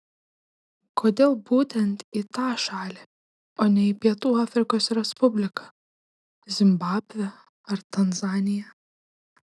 kodėl būtent į tą šalį o ne į pietų afrikos respubliką zimbabvę ar tanzaniją